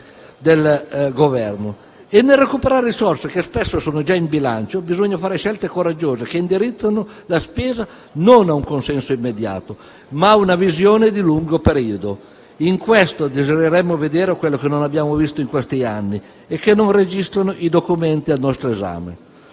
nel recuperare risorse che spesso sono già in bilancio, bisogna fare scelte coraggiose, che indirizzano la spesa non a un consenso immediato, ma a una visione di lungo periodo. In questo desidereremmo vedere quello che non abbiamo visto in questi anni e che non registrano i documenti al nostro esame.